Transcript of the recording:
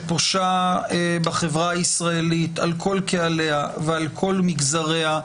שפושה בחברה הישראלית על כל קהליה ועל כל מגזריה,